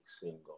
single